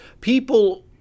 people